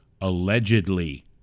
Allegedly